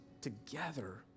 together